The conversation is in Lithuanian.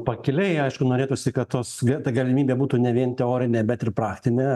pakiliai aišku norėtųsi kad tos ta galimybė būtų ne vien teorinė bet ir praktinė